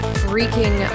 freaking